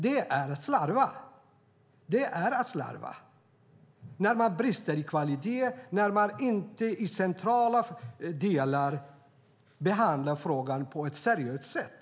Det är att slarva när man brister i kvalitet och när man inte i centrala delar behandlar frågan på ett seriöst sätt.